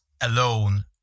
alone